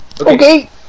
okay